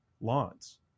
lawns